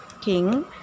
King